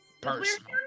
Personal